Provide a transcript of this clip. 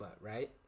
right